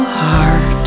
heart